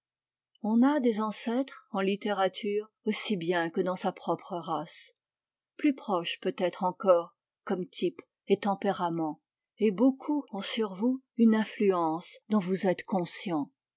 on a des ancêtres en littérature aussi bien que dans sa propre race plus proches peut-être encore comme type et tempérament et beaucoup ont sur vous une influence dont vous êtes conscient